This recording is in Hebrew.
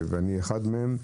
ואני אחד מהם,